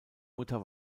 mutter